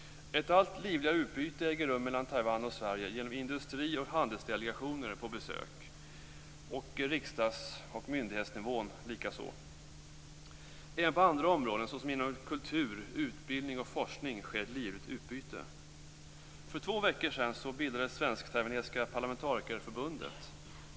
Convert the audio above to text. Ett allt livligare utbyte äger rum mellan Taiwan och Sverige genom besök av industri och handelsdelegationer, likaså på riksdags och myndighetsnivå. Även på andra områden såsom kultur, utbildning och forskning sker ett livligt utbyte. Taiwanesiska parlamentarikerförbundet.